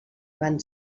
van